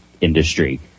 industry